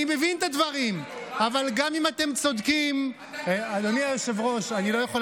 לא משאירים ברירה.